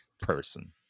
person